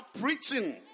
preaching